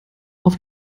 auf